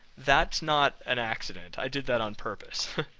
that's not an accident, i did that on purpose,